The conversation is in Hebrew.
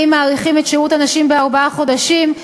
אם מאריכים את שירות הנשים בארבעה חודשים,